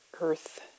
earth